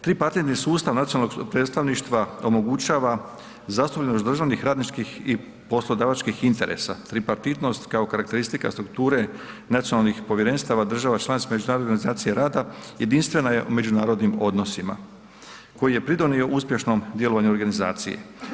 Tripartitni sustav nacionalnog predstavništva omogućava zastupljenost državnih, radničkih i poslodavačkih interesa, tripartitnost kao karakteristika strukture nacionalni povjerenstava, država članica Međunarodne organizacije rada jedinstvena je u međunarodnim odnosima koji je pridonio uspješnom djelovanju organizacije.